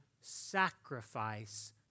sacrifice